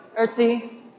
Ertzi